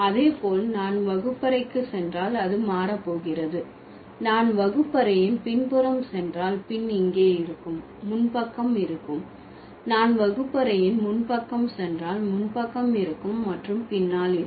அதே போல் நான் வகுப்பறைக்கு சென்றால் அது மாறப்போகிறது நான் வகுப்பறையின் பின்புறம் சென்றால் பின் இங்கே இருக்கும் முன் பக்கம் இருக்கும் நான் வகுப்பறையின் முன்பக்கம் சென்றால் முன் பக்கம் இருக்கும் மற்றும் பின்னால் இருக்கும்